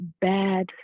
bad